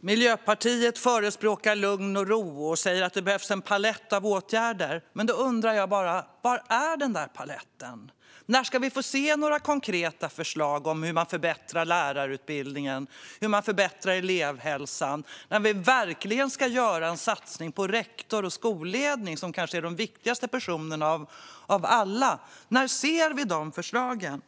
Miljöpartiet förespråkar lugn och ro och säger att det behövs en palett av åtgärder. Då undrar jag var den där paletten är. När ska vi få se några konkreta förslag på hur man förbättrar lärarutbildningen och hur man förbättrar elevhälsan? När ska det verkligen göras en satsning på rektor och skolledning, som kanske är de viktigaste personerna av alla? När ser vi de förslagen?